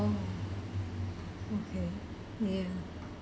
okay ya